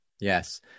Yes